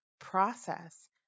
process